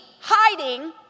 hiding